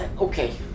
Okay